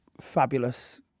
fabulous